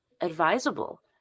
advisable